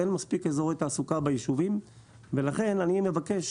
אין מספיק אזורי תעסוקה ביישובים ולכן אני מבקש